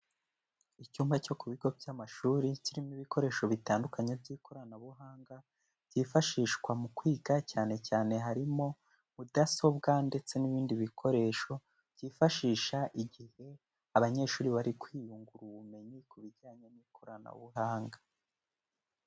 Icyumba cyo ku bigo by'amashuri, kirimo ibikoresho bitandukanye by'ikoranabuhanga, byifashishwa mu kwiga, cyane cyane harimo mudasobwa ndetse n'ibindi bikoresho, byifashisha igihe abanyeshuri bari kwiyungura ubumenyi ku bijyanye n'ikoranabuhanga.